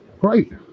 great